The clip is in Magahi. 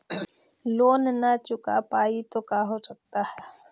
लोन न चुका पाई तो का हो सकता है?